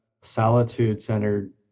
solitude-centered